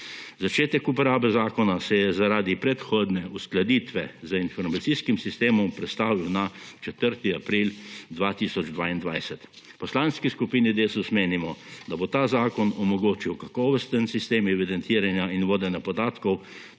Začetek uporabe zakona se je zaradi predhodne uskladitve z informacijskim sistemom prestavil na 4. april 2022. V Poslanski skupini Desus menimo, da bo ta zakon omogočil kakovosten sistem evidentiranja in vodenja podatkov